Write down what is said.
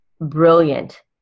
brilliant